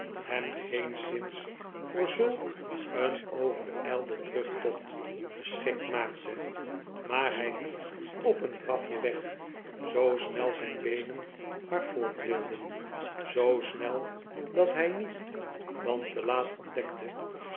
hem geenszins voor zulk een overijlden terugtocht geschikt maakte maar hij liep op een drafje weg zoo snel zijn beenen maar voort wildenj zoo snel dat hij niet dan te laat ontdekte